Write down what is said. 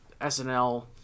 SNL